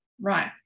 Right